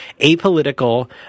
apolitical